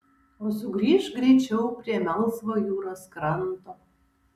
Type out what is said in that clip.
o sugrįžk greičiau prie melsvo jūros kranto